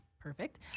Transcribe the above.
perfect